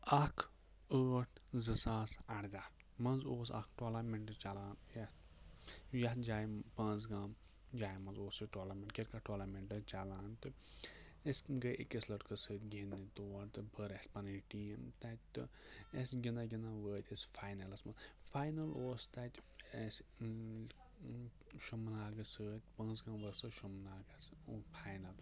اَکھ ٲٹھ زٕ ساس اَرداہ منٛز اوس اَکھ ٹولامٮ۪نٛٹہٕ چَلان یَتھ یَتھ جایہِ پانٛژھ گام جایَن منٛز اوس سُہ ٹولامٮ۪نٛٹ کِرکَٹ ٹولامٮ۪نٛٹہٕ چَلان تہٕ أسۍ گٔے أکِس لٔڑکَس سۭتۍ گِنٛدنہِ تور تہٕ بٔر اَسہِ پَنٕنۍ ٹیٖم تَتہِ تہٕ اَسہِ گِنٛدان گِنٛدان وٲتۍ أسۍ فاینَلَس مہ فاینَل اوس تَتہِ اَسہِ شُمہٕ ناگَس سۭتۍ پانٛژھ گام وٲژ سۄ شُمناگَس فاینَل